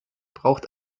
braucht